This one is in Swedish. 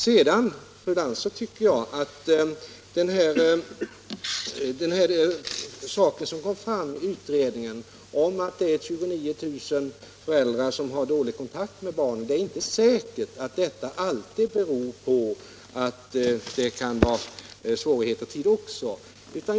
Sedan, fru Lantz, är det ju inte säkert, när det gäller den uppgift som kom fram i utredningen om att 29 000 familjer har dålig kontakt med sina barn, att detta alltid beror på svårigheter med tid.